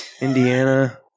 Indiana